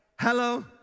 Hello